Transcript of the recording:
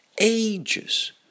ages